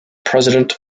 president